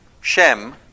Shem